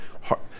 heart